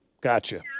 Gotcha